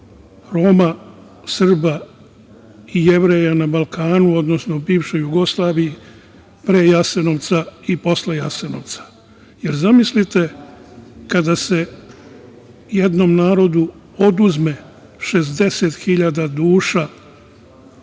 Roma, Srba i Jevreja, na Balkanu, odnosno na prostoru bivše Jugoslavije, pre Jasenovca i posle Jasenovca. Zamislite, kada se jednom narodu, oduzme 60 hiljada